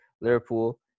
Liverpool